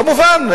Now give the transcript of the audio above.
כמובן,